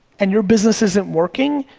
and your business isn't working,